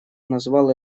назвал